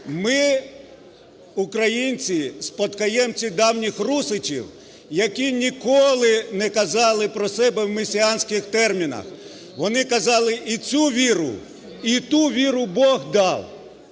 Ми, українці, спадкоємці давніх русичів, які ніколи не казали про себе в месіанських термінах. Вони казали: "і цю віру, і ту віру Бог дав.